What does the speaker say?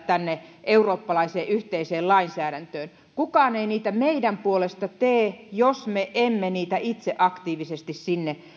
tänne eurooppalaiseen yhteiseen lainsäädäntöön kukaan ei niitä meidän puolestamme tee jos me emme niitä itse aktiivisesti sinne